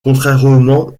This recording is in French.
contrairement